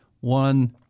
one